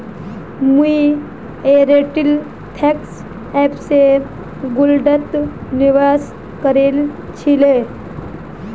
मुई Airtel thanks app स गोल्डत निवेश करील छिले